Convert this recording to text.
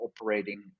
operating